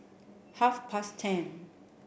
half past ten